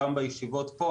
גם בישיבות פה,